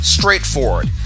straightforward